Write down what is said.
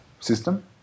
system